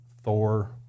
Thor